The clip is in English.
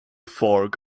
fork